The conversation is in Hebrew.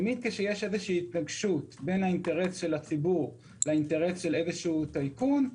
תמיד כשיש התנגשות בין האינטרס של הציבור לאינטרס של טייקון כלשהו,